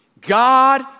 God